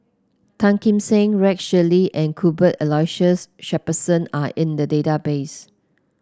Tan Kim Seng Rex Shelley and Cuthbert Aloysius Shepherdson are in the database